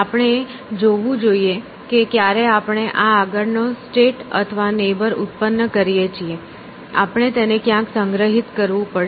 આપણે જોવું જોઈએ કે ક્યારે આપણે આ આગળનો સ્ટેટ અથવા નેબર ઉત્પન્ન કરીએ છીએ આપણે તેને ક્યાંક સંગ્રહિત કરવું પડશે